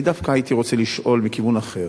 אני דווקא הייתי רוצה לשאול מכיוון אחר: